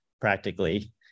practically